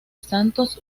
santos